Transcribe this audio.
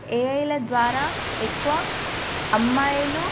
ఏ ఐల ద్వారా ఎక్కువ అమ్మాయిలు